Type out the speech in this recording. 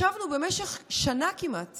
ישבנו במשך שנה כמעט